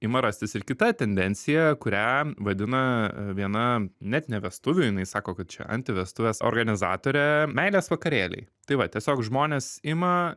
ima rastis ir kita tendencija kurią vadina viena net ne vestuvių jinai sako kad čia anti vestuvės organizatorė meilės vakarėliai tai va tiesiog žmonės ima